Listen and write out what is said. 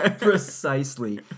Precisely